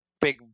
big